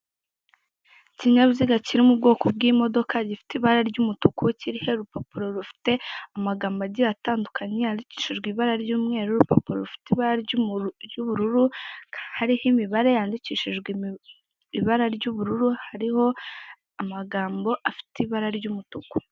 Ikinyabiziga kiri mu bwoko bw'imodoka gifite ibara ry'umutuku kiriho urupapuro rufite amagambo agiye atandukanye yandikishijwe ibara ry'umweru, urupapuro rufite ibara ry'ubururu hariho imibare yandikishijwe ibara ry'ubururu hariho amagambo afite ibara ry'umutuku.